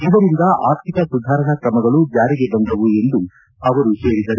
ಇದರಿಂದ ಆರ್ಥಿಕ ಸುಧಾರಣಾ ಕ್ರಮಗಳು ಜಾರಿಗೆ ಬಂದವು ಎಂದು ಅವರು ಹೇಳಿದ್ದಾರೆ